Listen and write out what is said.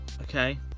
Okay